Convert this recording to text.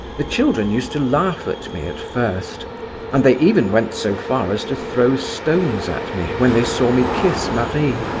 the children used to laugh at me, at first and they even went so far as to throw stones at me, when they saw me kiss marie.